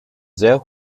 sehr